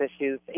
issues